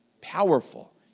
Powerful